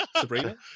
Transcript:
Sabrina